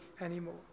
anymore